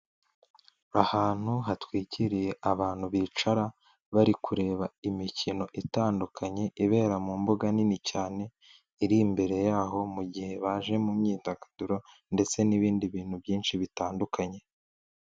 Ahantu hatwikiriye abantu bicara bari kureba imikino itandukanye ibera mu mbuga nini cyane iri imbere y'aho mu gihe baje mu myidagaduro ndetse n'ibindi bintu byinshi bitandukanye.